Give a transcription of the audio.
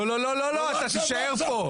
לא, לא, לא, אתה תישאר פה.